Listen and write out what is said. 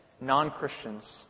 non-Christians